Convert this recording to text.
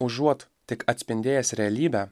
užuot tik atspindėjęs realybę